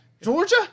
Georgia